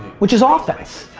which is ah offense.